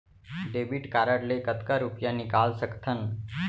Debit card ले कतका रुपिया निकाल सकथन?